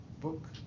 book